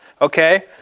Okay